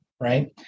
right